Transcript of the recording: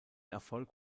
erfolg